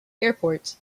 airport